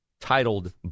titled